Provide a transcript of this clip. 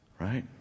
Right